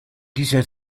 dieser